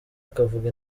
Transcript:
akavuga